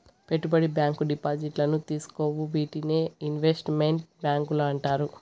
పెట్టుబడి బ్యాంకు డిపాజిట్లను తీసుకోవు వీటినే ఇన్వెస్ట్ మెంట్ బ్యాంకులు అంటారు